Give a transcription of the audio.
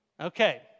Okay